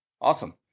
Awesome